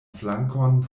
flankon